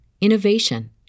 innovation